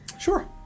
Sure